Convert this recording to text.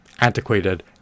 antiquated